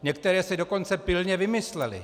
Některé si dokonce pilně vymysleli.